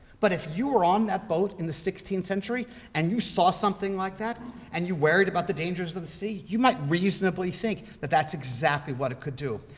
but if you were on that boat in the sixteenth century and you saw something like that and you worried about the dangers of the sea, you might reasonably think that that's exactly what it could do.